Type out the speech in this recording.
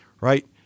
right